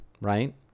right